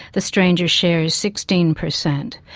the stranger share is sixteen per cent.